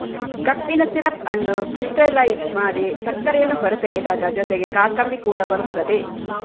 ಕಬ್ಬಿನ ಸಿರಪ್ ಅನ್ನು ಕ್ರಿಸ್ಟಲೈಜ್ ಮಾಡಿ ಸಕ್ಕರೆಯನ್ನು ಹೊರತೆಗೆದಾಗ ಜೊತೆಗೆ ಕಾಕಂಬಿ ಕೂಡ ಬರುತ್ತದೆ